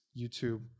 youtube